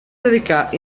dedicar